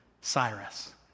Cyrus